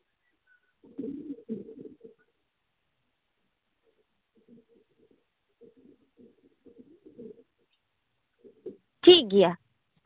ᱴᱷᱤᱠᱜᱮᱭᱟ